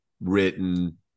written